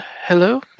hello